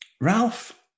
Ralph